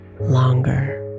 longer